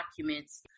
documents